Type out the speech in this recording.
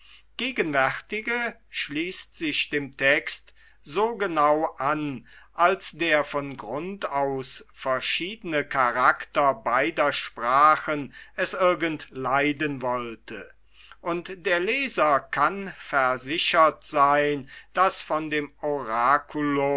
gegenwärtige schließt sich dem text so genau an als der von grund aus verschiedene karakter beider sprachen es irgend leiden wollte und der leser kann versichert seyn daß von dem